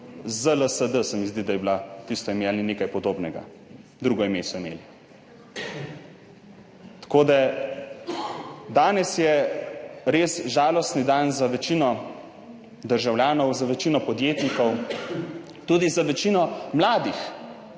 ZLSD, se mi zdi, da je bilo tisto ime, ali nekaj podobnega, drugo ime so imeli. Tako da danes je res žalosten dan za večino državljanov, za večino podjetnikov, tudi za večino mladih,